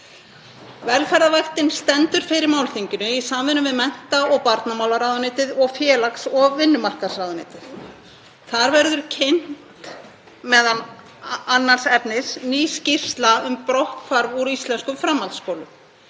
Velferðarvaktin stendur fyrir málþinginu í samvinnu við mennta- og barnamálaráðuneytið og félags-og vinnumarkaðsráðherra. Þar verður kynnt, meðal annars efnis, ný skýrsla um brotthvarf úr íslenskum framhaldsskólum.